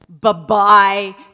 bye-bye